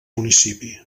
municipi